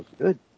good